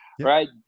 right